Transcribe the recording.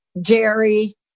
Jerry